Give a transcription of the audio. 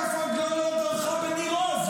כף רגלו לא דרכה בניר עוז,